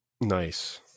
Nice